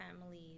families